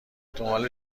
اتوبان